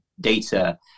data